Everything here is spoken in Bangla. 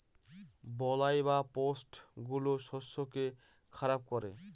বালাই বা পেস্ট গুলো শস্যকে খারাপ করে